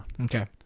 Okay